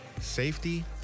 safety